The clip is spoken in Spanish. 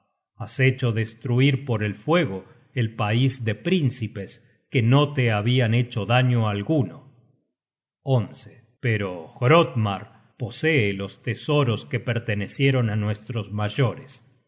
has hecho destruir por el fuego el pais de príncipes que no te habian hecho daño alguno pero hrodmar posee los tesoros que pertenecieron á nuestros mayores